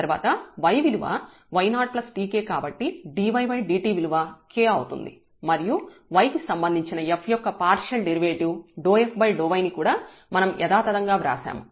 తర్వాత y విలువ y0tk కాబట్టి dydt విలువ k అవుతుంది మరియు y కి సంబంధించిన f యొక్క పార్షియల్ డెరివేటివ్ f∂y ని కూడా మనం యధాతధంగా వ్రాశాము